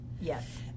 Yes